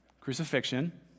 Crucifixion